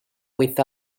with